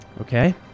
okay